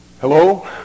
Hello